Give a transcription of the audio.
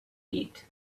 eat